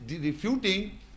refuting